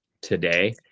today